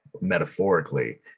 metaphorically